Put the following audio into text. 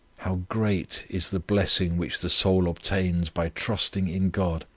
how great is the blessing which the soul obtains by trusting in god,